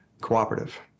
cooperative